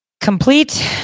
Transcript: complete